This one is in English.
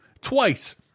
Twice